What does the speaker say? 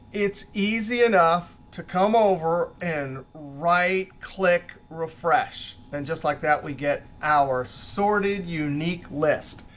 it's easy enough to come over and right click refresh. then just like that, we get our sorted unique list.